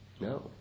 no